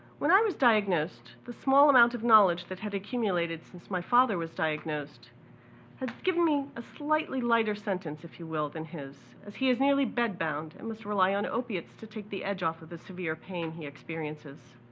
when i was diagnosed, the small amounts of knowledge that had accumulated since my father was diagnosed has giving me a slightly lighter sentence, if you will, than his, as he is nearly bed bound and must rely on opiates to take the edge off of the severe pain he experiences.